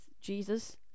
Jesus